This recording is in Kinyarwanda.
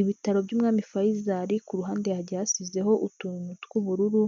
Ibitaro by'Umwami Faisal ku ruhande hagiye hasizeho utuntu tw'ubururu.